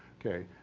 okay,